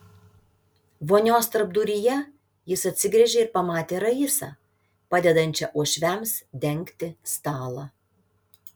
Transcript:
vonios tarpduryje jis atsigręžė ir pamatė raisą padedančią uošviams dengti stalą